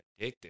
addictive